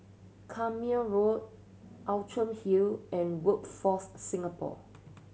Carpmael Road Outram Hill and Workforce Singapore